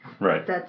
Right